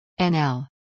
NL